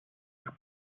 сих